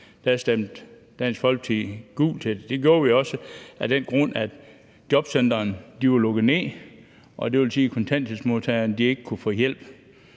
stemte Dansk Folkeparti gult til det, og det gjorde vi af den grund, at jobcentrene var lukket ned, og det vil sige, at kontanthjælpsmodtagerne ikke kunne få hjælp